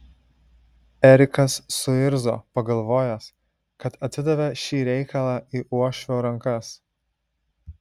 erikas suirzo pagalvojęs kad atidavė šį reikalą į uošvio rankas